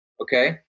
Okay